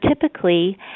typically